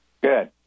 Good